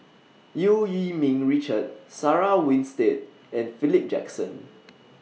EU Yee Ming Richard Sarah Winstedt and Philip Jackson